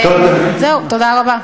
זהו, תודה רבה.